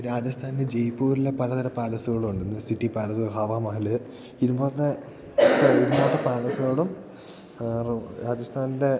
രാജസ്ഥാൻ ജയ്പൂരിലെ പലതരം പാലസ്സുകളുണ്ടിന്ന് സിറ്റി പാലസ്സ് ഹവാ മഹൽ ഇതുപോലത്തെ ഇതുപോലത്തെ പാലസ്സുകളും രാജസ്ഥാൻ്റെ